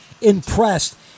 impressed